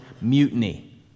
mutiny